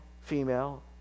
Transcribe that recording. female